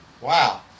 Wow